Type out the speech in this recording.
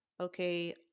okay